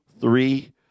three